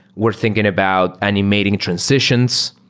we're thinking about animating transitions,